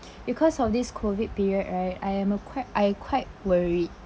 because of this COVID period right I am a quite I quite worried